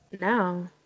No